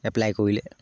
apply কৰিলে